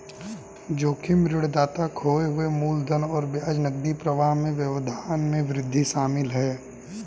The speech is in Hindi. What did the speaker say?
जोखिम ऋणदाता खोए हुए मूलधन और ब्याज नकदी प्रवाह में व्यवधान में वृद्धि शामिल है